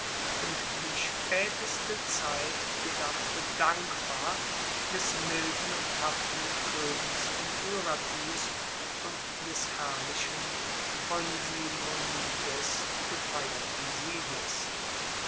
und die spaeteste zeit gedachte dankbar des milden und tapferen koenigs von syrakus und des herrlichen von simonides gefeierten sieges